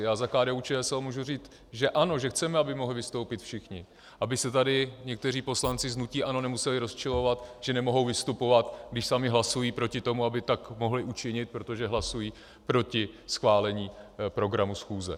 Já za KDUČSL můžu říct, že ano, že chceme, aby mohli vystoupit všichni, aby se tady někteří poslanci z hnutí ANO nemuseli rozčilovat, že nemohou vystupovat, když sami hlasují proti tomu, aby tak mohli učinit, protože hlasují proti schválení programu schůze.